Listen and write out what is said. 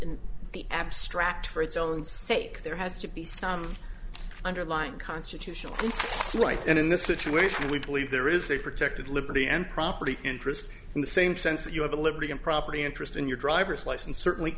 in the abstract for its own sake there has to be some underlying constitutional right and in this situation we believe there is a protected liberty and property interest in the same sense that you have the liberty and property interest in your driver's license certainly